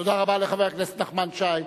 תודה רבה לחבר הכנסת נחמן שי.